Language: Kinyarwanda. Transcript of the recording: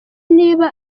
niba